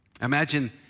Imagine